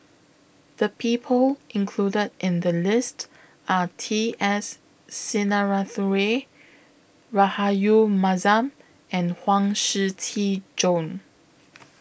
The People included in The list Are T S Sinnathuray Rahayu Mahzam and Huang Shiqi Joan